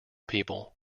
people